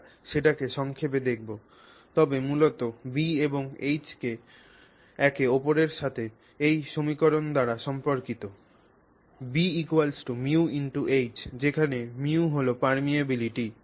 আমরা সেটিকে সংক্ষেপে দেখব তবে মূলত B এবং H একে অপরের সাথে এই সমীকরণ দ্বারা সম্পর্কিত BμH যেখানে μ পারমিয়াবিলিটি